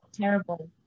terrible